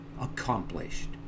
accomplished